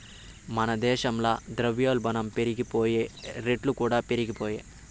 మన దేశంల ద్రవ్యోల్బనం పెరిగిపాయె, రేట్లుకూడా పెరిగిపాయె